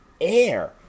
air